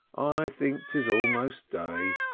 i think tis almost day.